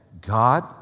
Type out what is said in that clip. God